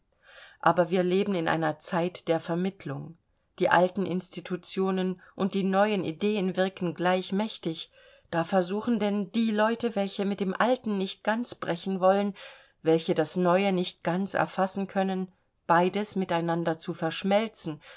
aber wir leben in einer zeit der vermittlung die alten institutionen und die neuen ideen wirken gleich mächtig da versuchen denn die leute welche mit dem alten nicht ganz brechen wollen welche das neue nicht ganz erfassen können beides miteinander zu verschmelzen